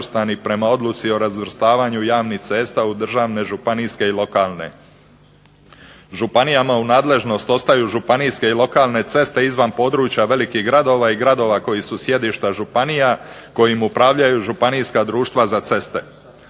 prema odluci o razvrstavanju javnih cesta u državne, županijske i lokalne. Županijama u nadležnost ostaju županijske i lokalne ceste izvan područja velikih gradova i gradova koji su sjedišta županija kojim upravljaju Županijska društva za ceste.